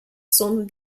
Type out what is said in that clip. son